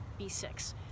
B6